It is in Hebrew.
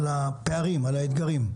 על הפערים ועל האתגרים.